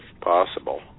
possible